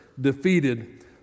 defeated